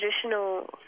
traditional